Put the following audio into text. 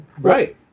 Right